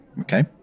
Okay